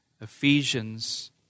Ephesians